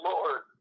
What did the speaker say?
Lord